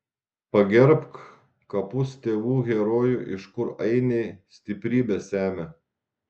pagerbk kapus tėvų herojų iš kur ainiai stiprybę semia